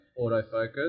autofocus